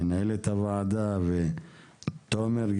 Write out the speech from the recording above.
מנהלת הוועדה ותומר,